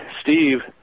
steve